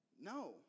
No